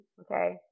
okay